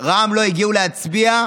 רע"מ לא הגיעו להצביע,